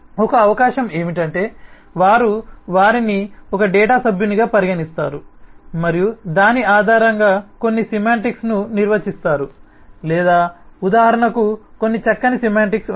ఒక అవకాశం ఏమిటంటే వారు వారిని ఒకే డేటా సభ్యునిగా పరిగణిస్తారు మరియు దాని ఆధారంగా కొన్ని సెమాంటిక్స్ను నిర్వచిస్తారు లేదా ఉదాహరణకు కొన్ని చక్కని సెమాంటిక్స్ ఉన్నాయి